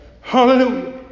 Hallelujah